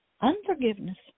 unforgiveness